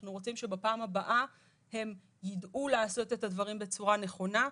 אנחנו רוצים שבפעם הבאה הם ידעו לעשות את הדברים בצורה נכונה,